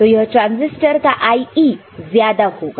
तो यह ट्रांजिस्टर का IE ज्यादा होगा